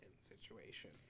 situation